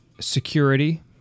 security